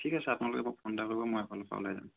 ঠিক আছে আপোনালোকে মোক ফোন এটা কৰিব মই ওলাই যাম